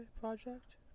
project